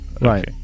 Right